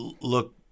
look